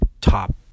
top